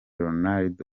ronald